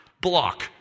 Block